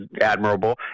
admirable